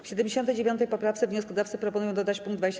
W 79. poprawce wnioskodawcy proponują dodać pkt 24a.